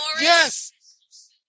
Yes